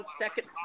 second